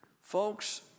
Folks